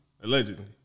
Allegedly